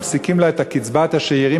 מפסיקים לה את קצבת השאירים,